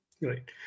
Right